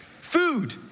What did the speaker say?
Food